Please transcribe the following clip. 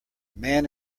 man